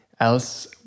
else